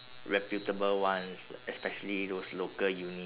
reputable ones li~ especially those local uni